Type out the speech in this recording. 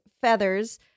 feathers